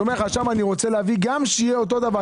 הוא אומר לך שם אני רוצה גם שיהיה אותו דבר,